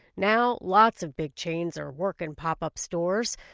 now lots of big chains are working pop-up stores.